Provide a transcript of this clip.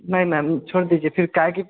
नहीं मैम छोड़ दीजिए फिर काहे की